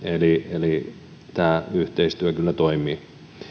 eli tämä yhteistyö kyllä toimii